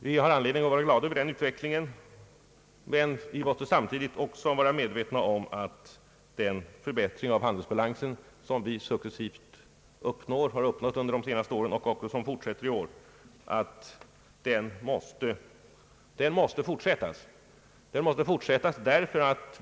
Vi har anledning att vara glada över den utvecklingen, men vi måste samtidigt också vara medvetna om att den förbättring av handelsbalansen som vi hittills uppnått under senare år och som fortsätter i år måste fortsätta även framöver.